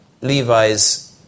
Levi's